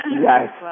Yes